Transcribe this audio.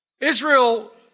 Israel